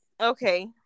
okay